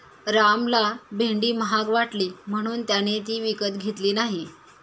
रामला भेंडी महाग वाटली म्हणून त्याने ती विकत घेतली नाही